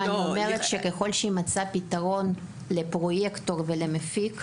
אני אומרת שככל שימצא פתרון לפרויקטור ולמפיק,